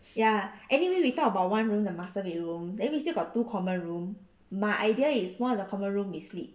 ya anyway we talk about one room the master bedroom then we still got two common room my idea is one of the common room is sleep